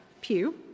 pew